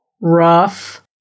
Rough